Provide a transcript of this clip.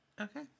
Okay